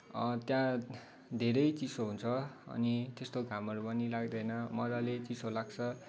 त्यहाँ धेरै चिसो हुन्छ अनि त्यस्तो घामहरू पनि लाग्दैन मजाले चिसो लाग्छ